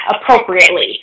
appropriately